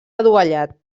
adovellat